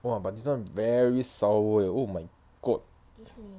!wah! but this [one] very sour eh oh my god